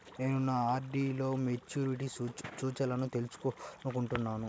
నేను నా ఆర్.డీ లో మెచ్యూరిటీ సూచనలను తెలుసుకోవాలనుకుంటున్నాను